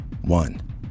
One